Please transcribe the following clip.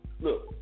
Look